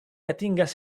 atingas